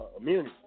immunity